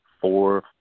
four